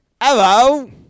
Hello